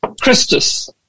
Christus